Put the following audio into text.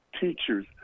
teachers